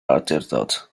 awdurdod